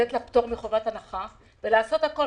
לתת לה פטור מחובת הנחה ולעשות הכול.